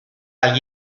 all